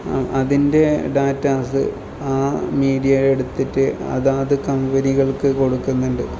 അതിൻ്റെ ഡാറ്റാസ് ആ മീഡിയ എടുത്തിട്ട് അതാത് കമ്പനികൾക്ക് കൊടുക്കുന്നുണ്ട്